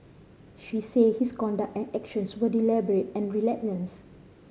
she said his conduct and actions were deliberate and relentless